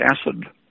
acid